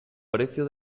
precio